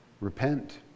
repent